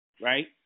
right